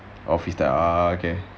office jer ah okay